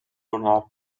lunar